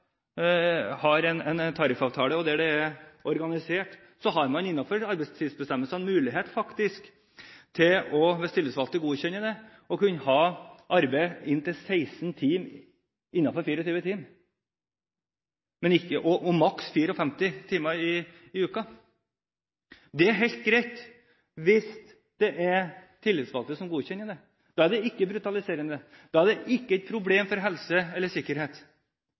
en tariffavtale, og der man er organisert, har man innenfor arbeidstidsbestemmelsene faktisk mulighet til – hvis tillitsvalgte godkjenner det – å kunne arbeide inntil 16 timer innenfor 24 timer og maksimalt 54 timer i uken. Det er helt greit hvis det er tillitsvalgte som godkjenner det. Da er det ikke brutaliserende. Da er det ikke et problem for helse eller sikkerhet.